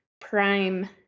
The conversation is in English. prime